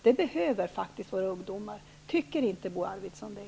Detta behöver faktiskt våra ungdomar. Tycker inte Bo Arvidson det?